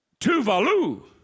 Tuvalu